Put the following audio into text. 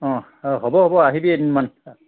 অঁ হ'ব হ'ব আহিবি এদিনমান